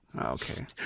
okay